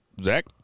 Zach